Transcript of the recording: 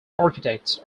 architects